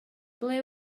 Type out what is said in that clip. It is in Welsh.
ble